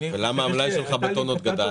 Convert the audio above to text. אבל למה המלאי שלך גדל בטונות?